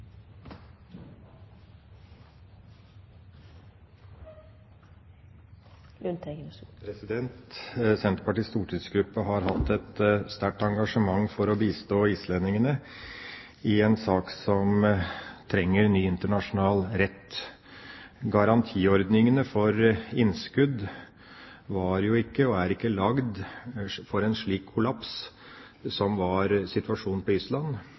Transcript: Senterpartiets stortingsgruppe har hatt et sterkt engasjement for å bistå islendingene i en sak som viser at vi trenger en ny internasjonal rett. Garantiordningene for innskudd var ikke og er ikke lagd for en slik kollaps som skjedde på Island.